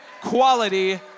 Quality